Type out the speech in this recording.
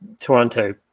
Toronto